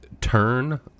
turn